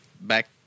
back